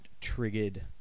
triggered